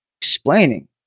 Explaining